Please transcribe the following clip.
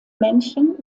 männchen